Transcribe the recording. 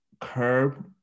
curb